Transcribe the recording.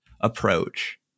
approach